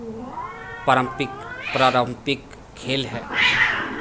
पारम्परिक पारम्परिक खेल है